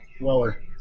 Weller